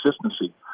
consistency